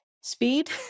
speed